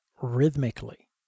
rhythmically